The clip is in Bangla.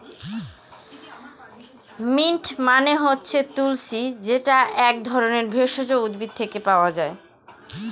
মিন্ট মানে হচ্ছে তুলশী যেটা এক ধরনের ভেষজ উদ্ভিদ থেকে পায়